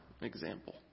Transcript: example